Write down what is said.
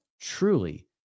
truly